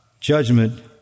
judgment